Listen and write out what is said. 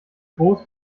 groß